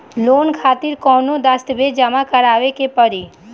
Loan खातिर कौनो दस्तावेज जमा करावे के पड़ी?